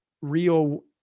real